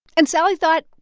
and sallie thought,